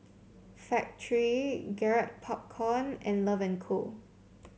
Factorie Garrett Popcorn and Love and Co